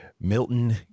Milton